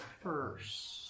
first